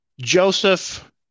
Joseph